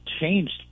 changed